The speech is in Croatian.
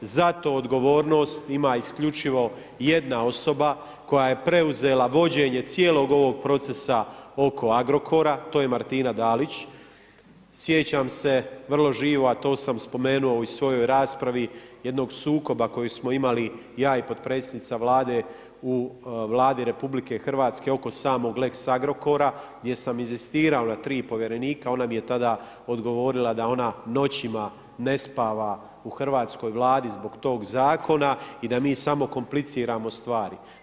Zato odgovornost ima isključivo jedna osoba koja je preuzela vođenje cijelog ovog procesa oko Agrokora, to je Martina Dalić, sjećam se vrlo živo, a to sam spomenuo i u svojoj raspravi jednog sukoba koji smo imali ja i potpredsjednica Vlade u Vladi RH oko samog lex Agrokora gdje sam inzistirao na 3 povjerenika, ona mi je tada odgovorila da ona noćima ne spava u Hrvatskoj Vladi zbog tog zakona i da mi samo kompliciramo stvari.